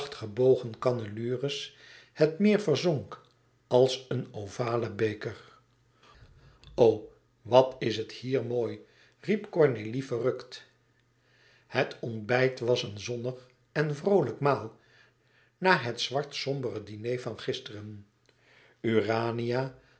gebogen cannelures het meer verzonk als een ovalen beker o wat is het hier mooi riep cornélie verrukt het ontbijt was een zonnig en vroolijk maal na het zwart sombere diner van gisteren